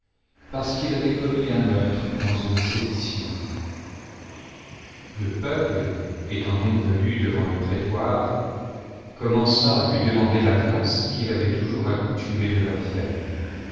parce qu'il avait commis un meurtre dans une sédition le peuple étant donc venu devant le prétoire commença à lui demander la grâce cp'il aait toujours accoutumé de leur faire